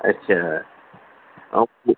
अच्छा ऐं